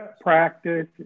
practice